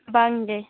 ᱵᱟᱝ ᱜᱮ